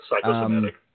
Psychosomatic